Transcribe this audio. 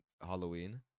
Halloween